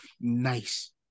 nice